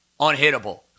unhittable